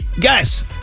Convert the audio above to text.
Guys